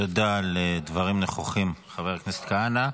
תודה על דברים נכוחים, חבר הכנסת כהנא.